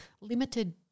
limited